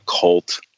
cult